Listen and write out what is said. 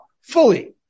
fully